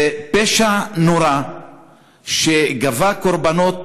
זה פשע נורא שגבה קורבנות